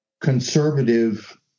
conservative